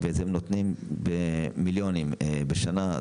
הם נותנים מיליונים בשנה.